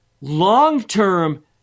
long-term